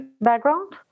background